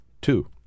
two